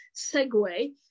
segue